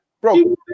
bro